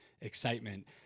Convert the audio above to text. excitement